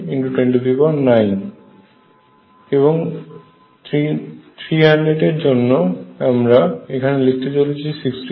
এবং 300 এর জন্য আমরা এখানে লিখছি 67